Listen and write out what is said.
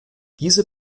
diese